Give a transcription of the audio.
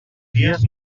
fies